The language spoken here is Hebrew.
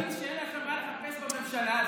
אתם צריכים להבין שאין לכם מה לחפש בממשלה הזאת.